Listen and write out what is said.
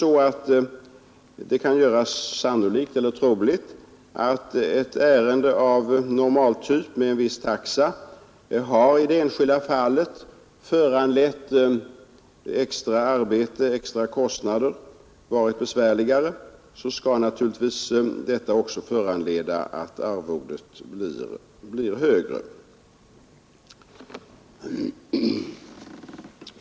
Kan det göras troligt att ett ärende av normaltyp och för vilket viss taxa fastställts föranlett extra arbete och extrakostnader samt varit besvärligare än man från början trott, skall naturligtvis ett högre arvode utgå för detta ärende.